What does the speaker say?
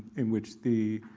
in which the